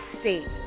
state